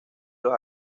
los